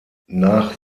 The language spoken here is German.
nach